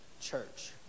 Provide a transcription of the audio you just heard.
church